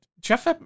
Jeff